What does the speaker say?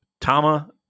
Tama